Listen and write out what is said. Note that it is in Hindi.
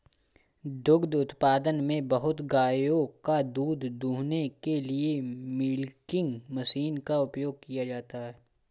दुग्ध उत्पादन में बहुत गायों का दूध दूहने के लिए मिल्किंग मशीन का उपयोग किया जाता है